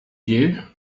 you